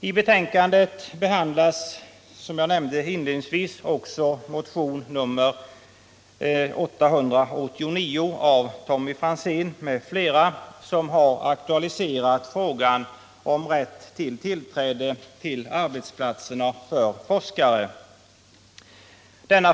I betänkandet behandlas, som jag nämnde inledningsvis, också motion nr 889 av Tommy Franzén m.fl., som har aktualiserat frågan om rätt till tillträde till arbetsplatserna för forskare.